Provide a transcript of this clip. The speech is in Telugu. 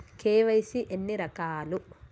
కే.వై.సీ ఎన్ని రకాలు?